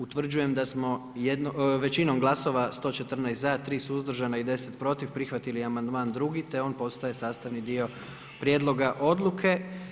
Utvrđujem da smo većinom glasova 114 za, 3 suzdržana i 10 protiv prihvatili amandman drugi, te on postaje sastavni dio prijedloga odluke.